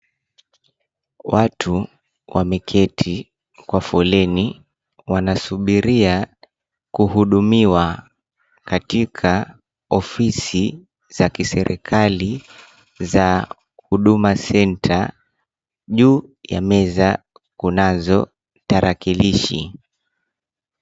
Watu wameketi kwa foleni, wanasubiria kuhudumiwa katika ofisi za kiserekali za "Huduma Centre". Juu ya meza kunazo tarakilishi.